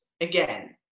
again